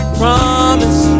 promise